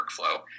workflow